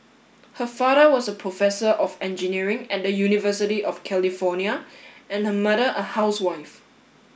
her father was a professor of engineering at the University of California and her mother a housewife